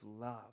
love